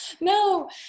No